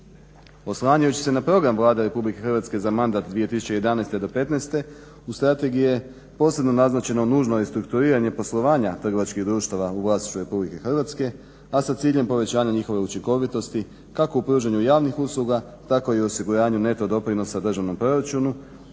Oslanjajući se na program Vlade Republike Hrvatske za mandat 2011.-2015. u strategiji je posebno naznačeno nužno restrukturiranje poslovanja trgovačkih društava u vlasništvu Republike Hrvatske, a sa ciljem povećanja njihove učinkovitosti kako u pružanju javnih usluga tako i osiguranju neto doprinosa državnom proračunu,